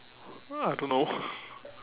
I don't know